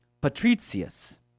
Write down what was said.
Patricius